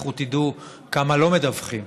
לכו תדעו כמה לא מדווחים.